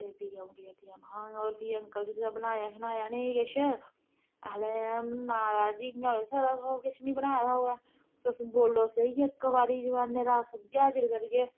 ते फ्ही आऊं गेई उठी महां होर फ्ही अंकल जी तुसें बनाया छनाया नी किश आखन लगे महाराज इयां होई सकदा थोह्ड़ा किश नी बना दा होऐ तुस बोलो सेही इक बारी जबानै दा अस उ'यै हाजर करगे